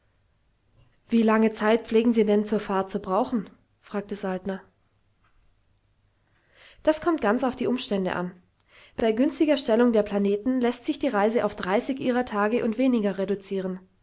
wie lange zeit pflegen sie denn zur fahrt zu brauchen fragte saltner das kommt ganz auf die umstände an bei günstiger stellung der planeten läßt sich die reise auf dreißig ihrer tage und weniger reduzieren